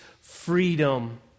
freedom